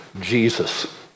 Jesus